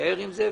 נישאר עם זה.